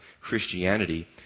Christianity